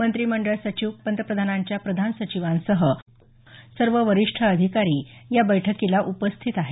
मंत्रीमंडळ सचिव पंतप्रधानांच्या प्रधान सचिवासह सर्व वरिष्ठ अधिकारी या बैठकीला उपस्थित आहेत